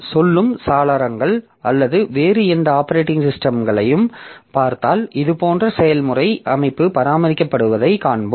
சொல்லும் சாளரங்கள் அல்லது வேறு எந்த ஆப்பரேட்டிங் சிஸ்டம்களையும் பார்த்தால் இதுபோன்ற செயல்முறை அமைப்பு பராமரிக்கப்படுவதை காண்போம்